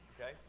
okay